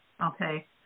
Okay